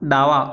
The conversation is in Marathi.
डावा